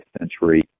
century